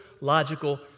logical